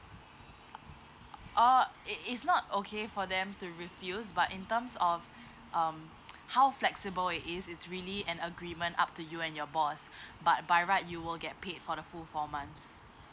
oh it is not okay for them to refuse but in terms of um how flexible it is it's really an agreement up to you and your boss but by right you will get paid for the full four months